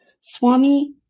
Swami